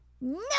No